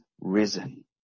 risen